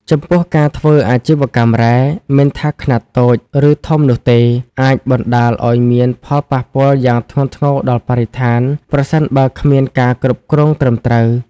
ចំពោះការធ្វើអាជីវកម្មរ៉ែ មិនថាខ្នាតតូច ឬធំនោះទេ អាចបណ្ដាលឲ្យមានផលប៉ះពាល់យ៉ាងធ្ងន់ធ្ងរដល់បរិស្ថាន ប្រសិនបើគ្មានការគ្រប់គ្រងត្រឹមត្រូវ។